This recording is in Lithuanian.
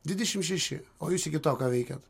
dvidešim šeši o jūs iki to ką veikėt